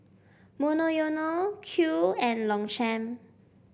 Monoyono Qoo and Longchamp